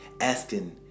Asking